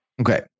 Okay